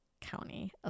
county